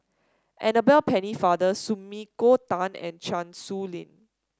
Annabel Pennefather Sumiko Tan and Chan Sow Lin